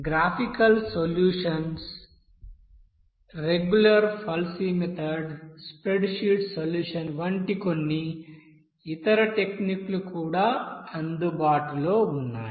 graphical solution regula falsi method spreadsheet solution వంటి కొన్ని ఇతర టెక్నిక్లు కూడా అందుబాటులో ఉన్నాయి